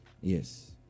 Yes